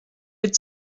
had